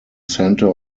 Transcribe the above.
centre